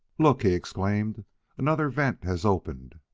look! he exclaimed another vent has opened!